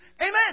Amen